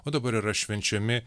o dabar yra švenčiami